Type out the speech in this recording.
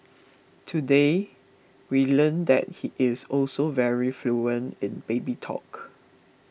today we learned that he is also very fluent in baby talk